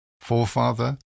forefather